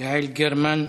יעל גרמן,